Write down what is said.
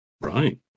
Right